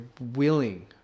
willing